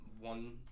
one